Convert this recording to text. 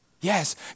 yes